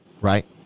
right